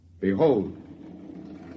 Behold